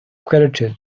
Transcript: credited